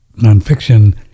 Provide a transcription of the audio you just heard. nonfiction